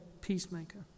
peacemaker